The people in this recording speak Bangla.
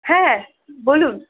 হ্যাঁ বলুন